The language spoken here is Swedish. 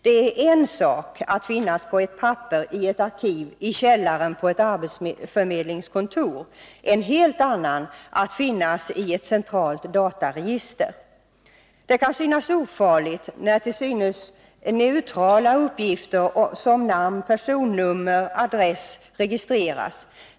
Det är en sak att finnas på ett papper i ett arkiv i källaren på ett arbetsförmedlingskontor, en helt annan att finnas i ett centralt dataregister. Det kan synas ofarligt när till synes neutrala uppgifter som namn, personnummer och adress registreras.